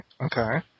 okay